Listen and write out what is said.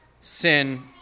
sin